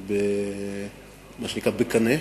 שנמצאות, מה שנקרא, בקנה.